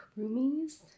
roomies